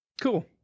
Cool